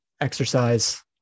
exercise